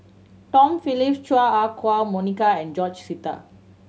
Tom Phillips Chua Ah Huwa Monica and George Sita